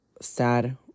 sad